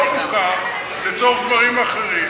לימוד תורה שלא מוכר לצורך דברים אחרים,